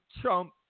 Trump